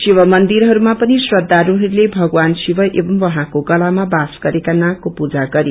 शिव मन्दिरहरूमा पनि श्रघालूहरूले भगवान शिव एवमं उहाँको गलामा बास गरेका नागको पूजा गरे